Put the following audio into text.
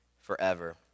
forever